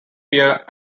peer